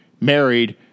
married